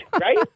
Right